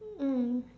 mm